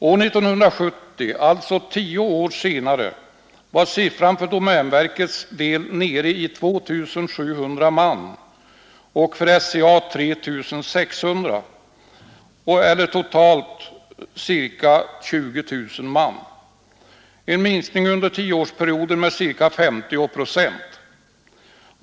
År 1970, alltså tio år senare, var siffran för domänverkets del nere i 2 700 man och för SCA 3 600 eller totalt ca 20 000 man, en minskning under tioårsperioden med ca 50 procent.